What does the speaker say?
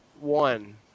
One